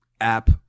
app